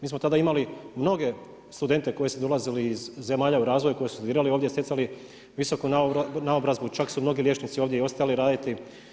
Mi smo tada imali mnoge studente koji su dolazili iz zemalja u razvoju, koji su studirali ovdje, stjecali visoku naobrazbu, čak su mnogi liječnici ovdje i ostali raditi.